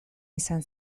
izan